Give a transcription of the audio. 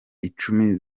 icumi